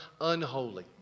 unholy